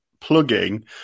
plugging